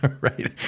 Right